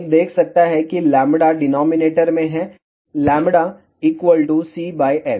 एक देख सकता है कि λ डिनॉमिनेटर में है λ c f